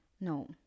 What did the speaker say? No